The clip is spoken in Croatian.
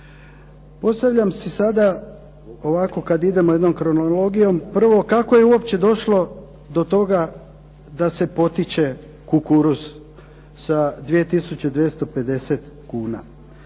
Postavljam si sada kada idemo jednom kronologijom, kako je uopće došlo do toga da se potiče kukuruz sa 2250 kuna.